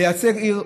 לייצג עיר.